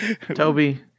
toby